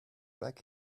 back